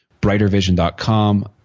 brightervision.com